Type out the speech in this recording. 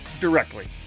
directly